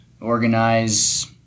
organize